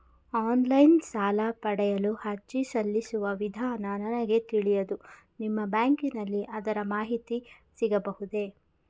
Online ಸಾಲ ಪಡೆಯಲು ಅರ್ಜಿ ಸಲ್ಲಿಸುವ ವಿಧಾನ ನನಗೆ ತಿಳಿಯದು ನಿಮ್ಮ ಬ್ಯಾಂಕಿನಲ್ಲಿ ಅದರ ಮಾಹಿತಿ ಸಿಗಬಹುದೇ?